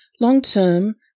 Long-term